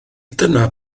dyna